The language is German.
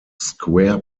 square